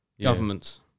governments